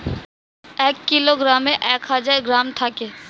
এক কিলোগ্রামে এক হাজার গ্রাম থাকে